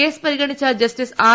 case പരിഗണിച്ച justice R